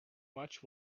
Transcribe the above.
much